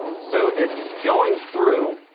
so it's going through